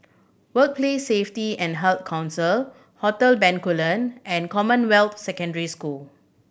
Workplace Safety and Heart Council Hotel Bencoolen and Commonwealth Secondary School